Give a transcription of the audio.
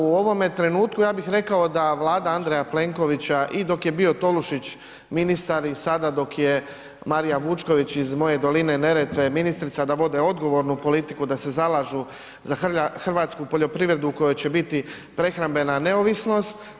U ovome trenutku ja bih rekao da Vlada Andreja Plenkovića i dok je bio Tolušić ministra i sada dok je Marija Vučković iz moje doline Neretve da vode odgovornu politiku da se zalažu za hrvatsku poljoprivredu u kojoj će biti prehrambena neovisnost.